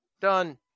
done